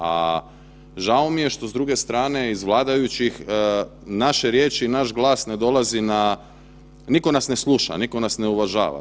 A žao mi je što s druge strane iz vladajućih naše riječi i naš glas ne dolazi na, nitko nas ne sluša, nitko nas ne uvažava.